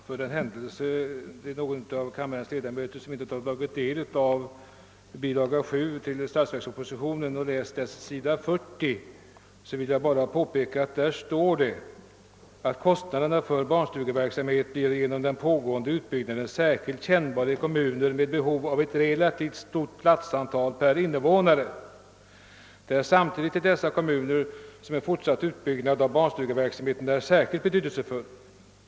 Herr talman! För den händelse någon av kammarens ledamöter inte tagit del av s. 40 i statsverkspropositionens bilaga 7 vill jag påpeka att där står bl.a.: »Kostnaderna för barnstugeverksamheten blir genom den pågående utbyggnaden särskilt kännbara i kommuner med behov av ett relativt stort platsantal per invånare. Det är samtidigt i dessa kommuner som en fortsatt utbyggnad av barnstugeverksamheten är särskilt betydelsefull.